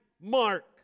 Mark